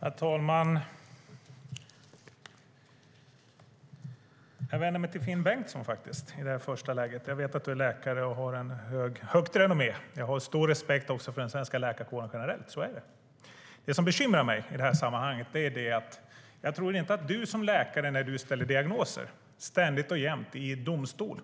Herr talman! Jag vänder mig till Finn Bengtsson i det här första läget. Jag vet att du är läkare och har gott renommé. Jag har stor respekt också för den svenska läkarkåren generellt. Så är det. Det som bekymrar mig i det här sammanhanget är att jag inte tror att du som läkare när du ställer diagnoser ständigt och jämt i domstol